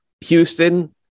Houston